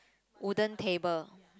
wooden table